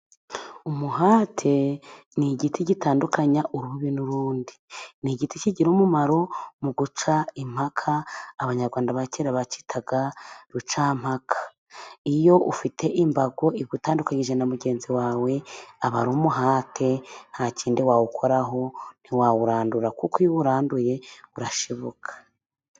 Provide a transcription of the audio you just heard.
Umuhati ni igiti gitandukanya urubibi n'urundi. Ni igiti kigira umumaro mu guca impaka. Abanyarwanda ba kera bakitaga rucampaka. Iyo ufite imbago igutandukanyije na mugenzi wawe, iba ari umuhati, nta kindi wawukoraho, ntiwawurandura kuko iyo uwuranduye urashibuka.